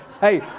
hey